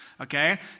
okay